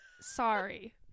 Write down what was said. Sorry